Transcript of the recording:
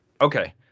Okay